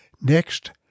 Next